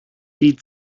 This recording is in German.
die